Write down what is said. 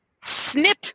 Snip